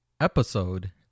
Episode